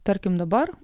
tarkim dabar